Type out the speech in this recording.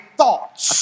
thoughts।